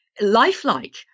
lifelike